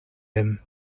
him